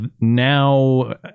Now